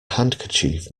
handkerchief